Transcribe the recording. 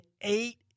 eight